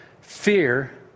fear